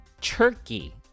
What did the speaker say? turkey